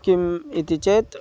किम् इति चेत्